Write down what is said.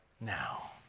now